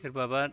सोरबाबा